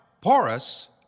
porous